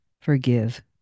forgive